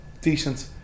Decent